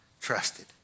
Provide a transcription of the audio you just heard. trusted